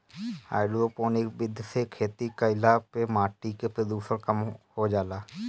hydroponics विधि से खेती कईला पे माटी के प्रदूषण कम हो जाला